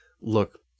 look